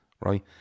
right